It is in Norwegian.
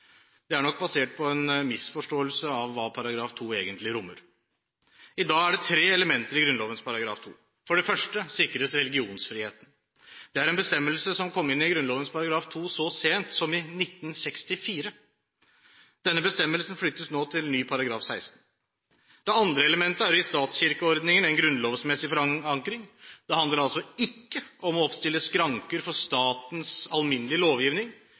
Det er nok basert på en misforståelse om hva § 2 egentlig rommer. I dag er det tre elementer i Grunnlovens § 2. For det første sikres religionsfriheten. Det er en bestemmelse som kom inn i Grunnlovens § 2 så sent som i 1964. Denne bestemmelsen flyttes nå til ny § 16. Det andre elementet er å gi statskirkeordningen en grunnlovsmessig forankring. Det handler altså ikke om å oppstille skranker for statens alminnelige lovgivning,